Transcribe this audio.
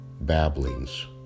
babblings